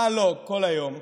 מה לא, כל היום,